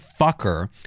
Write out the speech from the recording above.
fucker